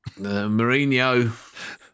Mourinho